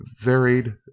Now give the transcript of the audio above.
varied